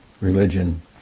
religion